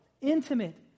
intimate